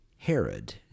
Herod